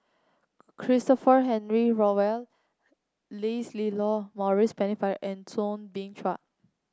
Christopher Henry Rothwell Leslilo Maurice Pennefather and Soo Bin Chua